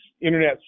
internet